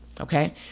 okay